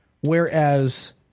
Whereas